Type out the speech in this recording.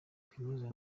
kaminuza